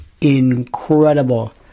incredible